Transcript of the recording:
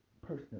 personally